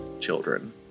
children